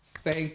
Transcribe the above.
Thank